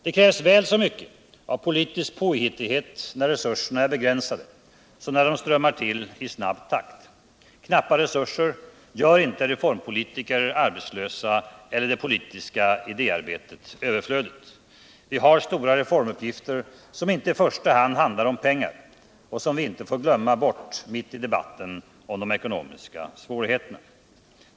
Det krävs väl så mycket politisk påhittighet när resurserna är begränsade som när de strömmar till i snabb takt. Knappa resurser gör inte reformpolitiker arbetslösa eller det politiska idéarbetet överflödigt. Vi har också stora reformuppgifter som inte i första hand handlar om pengar och som vi inte får glömma bort mitt uppe i debatten om de ekonomiska svårigheterna.